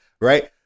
Right